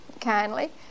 kindly